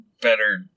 better